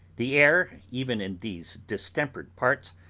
the air, even in these distempered parts,